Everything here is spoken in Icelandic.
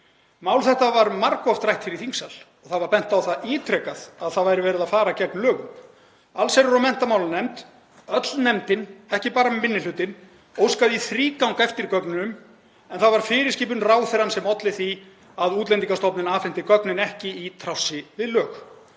Mál þetta var margoft rætt hér í þingsal og ítrekað var bent á að það væri verið að fara gegn lögum. Allsherjar- og menntamálanefnd, öll nefndin, ekki bara minni hlutinn, óskaði í þrígang eftir gögnunum en það var fyrirskipun ráðherrans sem olli því að Útlendingastofnun afhenti gögnin ekki, í trássi við lög.